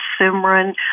Simran